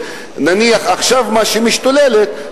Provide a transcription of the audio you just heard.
נניח כזאת שעכשיו משתוללת,